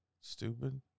Stupid